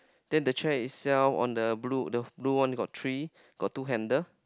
then the chair itself on the blue the blue one got three got two handle